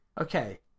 Okay